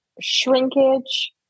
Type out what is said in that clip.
shrinkage